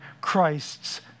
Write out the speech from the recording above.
Christ's